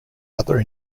other